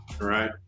right